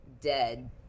dead